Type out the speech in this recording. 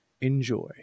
enjoy